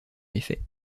méfaits